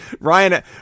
Ryan